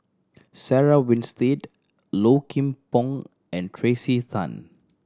Sarah Winstedt Low Kim Pong and Tracey Tan